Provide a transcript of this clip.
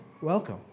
welcome